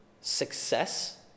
success